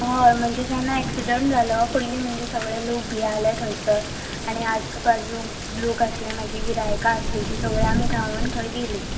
हय म्हणजे जेन्ना एक्सिडंट जालो पयली म्हणजे सगळे लोक भियाले थंयसर आनी आजूबाजूंक लोक आसले म्हाजी गिरायका आसली ती आमी सगळीं धांवून थंय गेली